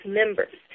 members